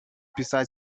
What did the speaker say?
beside